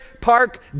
park